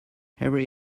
every